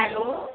hello